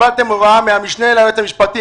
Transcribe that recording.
קיבלתם הוראה מהמשנה ליועץ המשפטי,